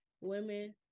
women